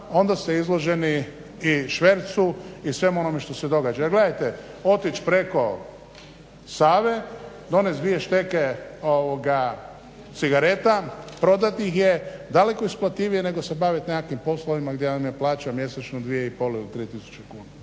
onda ste izloženi i švercu i svemu onome što se događa. Jer gledajte, otić preko Save, donest dvije šteke cigareta, prodat ih je daleko isplativije nego se bavit nekakvim poslovima gdje vam je plaća mjesečno 2500 ili 3000 kuna.